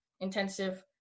intensive